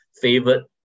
favorite